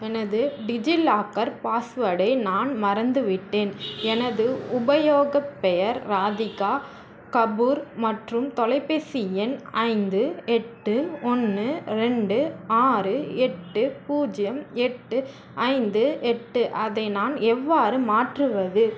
எனது டிஜிலாக்கர் பாஸ்வேர்டை நான் மறந்துவிட்டேன் எனது உபயோகப் பெயர் ராதிகா கபூர் மற்றும் தொலைபேசி எண் ஐந்து எட்டு ஒன்று ரெண்டு ஆறு எட்டு பூஜ்ஜியம் எட்டு ஐந்து எட்டு அதை நான் எவ்வாறு மாற்றுவது